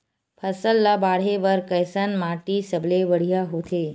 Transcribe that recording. फसल ला बाढ़े बर कैसन माटी सबले बढ़िया होथे?